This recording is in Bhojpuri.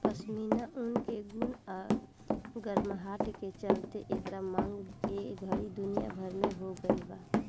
पश्मीना ऊन के गुण आ गरमाहट के चलते एकर मांग ए घड़ी दुनिया भर में हो गइल बा